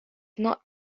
not